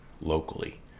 locally